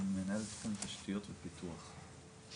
מנהל תחום תשתיות ופיתוח.